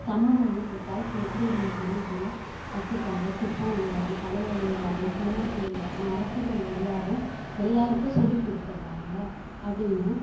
தமிழ்மொழி பிற்காலத்தில் எப்படி இருந்துச்சுனா இப்படிலாம் வச்சிருக்காங்க சிற்பம் வழியாகவும் கலை வழியாகவும் புலவர்கள் வழியாகவும் அரசர்கள் வழியாகவும் எல்லாருக்கும் சொல்லி கொடுத்துருக்காங்க அப்படின்னு